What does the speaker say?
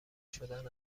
شدن